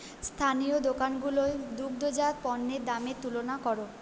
স্থানীয় দোকানগুলোয় দুগ্ধজাত পণ্যের দামের তুলনা করো